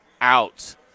out